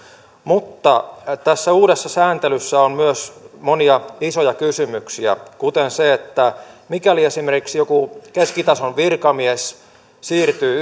mutta tässä uudessa sääntelyssä on myös monia isoja kysymyksiä kuten se että mikäli esimerkiksi joku keskitason virkamies siirtyy